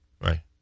Right